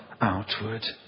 outward